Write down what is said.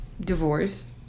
divorced